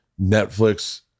Netflix